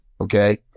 okay